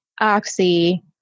Oxy